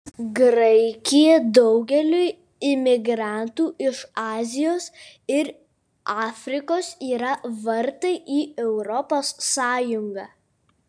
graikija daugeliui imigrantų iš azijos ir afrikos yra vartai į europos sąjungą